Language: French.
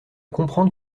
comprendre